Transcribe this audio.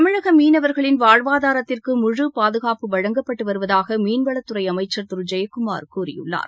தமிழக மீனவர்களின் வாழ்வாதாரத்திற்கு முழு பாதுகாப்பு வழங்கப்பட்டு வருவதாக மீன்வளத்துறை அமைச்சர் திரு ஜெயக்குமார் கூறியுள்ளார்